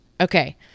Okay